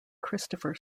christopher